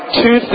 two